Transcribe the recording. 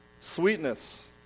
sweetness